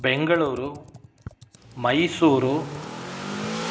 Bengaluru Mysuru